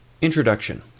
Introduction